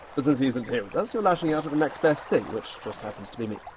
but since he isn't here with us, you're lashing out at the next best thing, which just happens to be me.